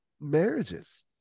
marriages